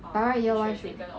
by right year one should